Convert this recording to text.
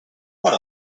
what